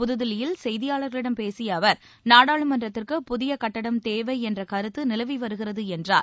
புதுதில்லியில் செய்தியாளர்களிடம் பேசிய அவர் நாடாளுமன்றத்திற்கு புதிய கட்டிடம் தேவை என்ற கருத்து நிலவி வருகிறது என்றார்